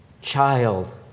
child